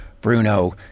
Bruno